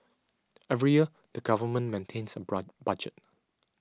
every year the government maintains a budget